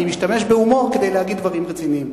אני משתמש בהומור כדי להגיד דברים רציניים.